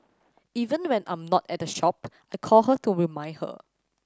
even when I'm not at the shop I call her to remind her